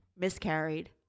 miscarried